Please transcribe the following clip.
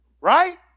Right